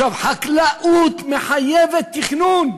חקלאות מחייבת תכנון.